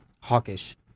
Hawkish